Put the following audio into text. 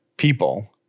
people